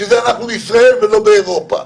בשביל זה אנחנו בישראל ולא באירופה.